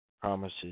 promises